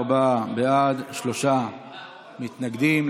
24 בעד, שלושה מתנגדים.